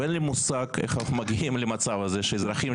ואין לי מושג איך אנחנו מגיעים למצב הזה שאזרחים,